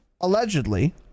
allegedly